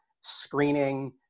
screening